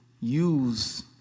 use